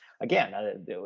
again